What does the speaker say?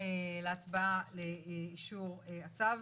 עוברים להצבעה לאישור הצו.